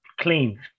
Clean